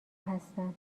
هستم